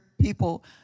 People